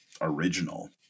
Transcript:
original